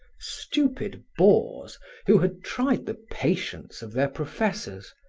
stupid bores who had tried the patience of their professors.